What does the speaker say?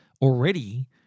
already